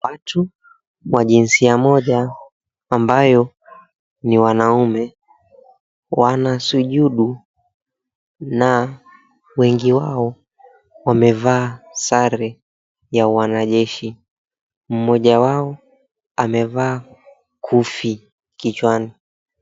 Watu wa jinsia moja ambayo ni wanaume wanasujudu na wengi wao wamevaa sare ya uwanajeshi, mmoja wao amevaa kufi kichwani.